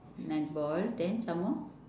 netball then some more